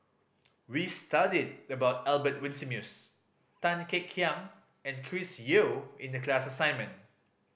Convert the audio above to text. we studied about Albert Winsemius Tan Kek Hiang and Chris Yeo in the class assignment